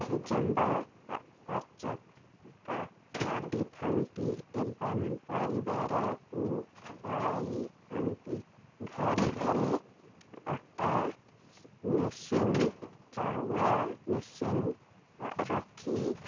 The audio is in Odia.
ନିଜମ୍ବ ଖର୍ଚ୍ଚ କା କାଡ଼ିଥାନ୍ତି ଏବଂ ପରିବାରକୁ ଚଳାଇଥାନ୍ତି ଘରେ ଘରେ ଅଟା ମେସିନ୍ ଚାଉଳ ମେସିନ୍ ରଖି